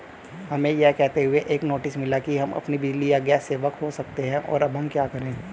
हमें यह कहते हुए एक नोटिस मिला कि हम अपनी बिजली या गैस सेवा खो सकते हैं अब हम क्या करें?